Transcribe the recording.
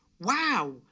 Wow